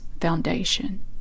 Foundation